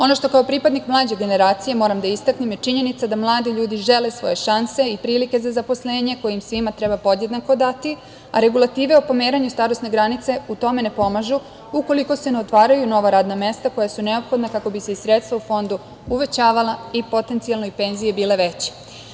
Ono što kao pripadnik mlađe generacije moram da istaknem je činjenica da mladi ljudi žele svoje šanse i prilike za zaposlenje koje im svima treba podjednako dati, a regulative o pomeranju starosne granice u tome ne pomažu ukoliko se ne otvaraju nova radna mesta koja su neophodna kako bi se i sredstva u Fondu uvećavala i potencijalno i penzije bile veće.